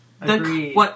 Agreed